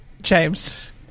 James